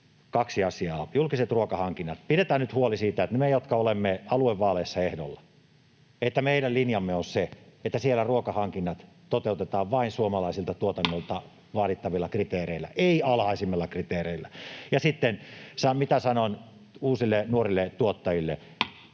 Kaksi asiaa: Julkiset ruokahankinnat: Pidetään nyt huoli siitä, että meidän, jotka olemme aluevaaleissa ehdolla, linjamme on se, että siellä ruokahankinnat toteutetaan vain suomalaiselta tuotannolta vaadittavilla kriteereillä, ei alhaisimmilla kriteereillä. Ja sitten se, mitä sanon uusille, nuorille tuottajille: